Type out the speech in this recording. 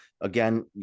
Again